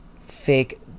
fake